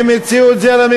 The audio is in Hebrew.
הם הציעו את זה לממשלה,